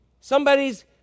Somebody's